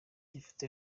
ifoto